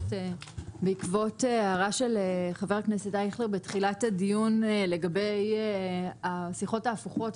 בעקבות ההערה של חבר הכנסת אייכלר בתחילת הדיון לגבי השיחות ההפוכות,